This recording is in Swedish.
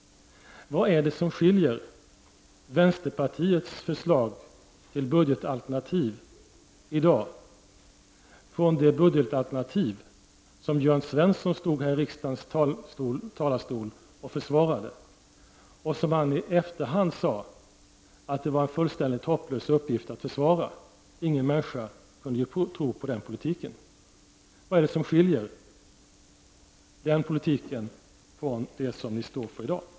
Vad är det som skiljer vänsterpartiets förslag till budgetalternativ i dag från det budgetalternativ som Jörn Svensson stod här i riksdagens talarstol och försvarade och som han i efterhand sade var en fullständigt hopplös uppgift att försvara, eftersom ingen människa kunde tro på den politiken? Vad är det som skiljer den politiken från det som ni står för i dag?